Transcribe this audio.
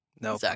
No